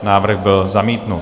Návrh byl zamítnut.